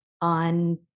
on